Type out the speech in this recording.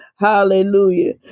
Hallelujah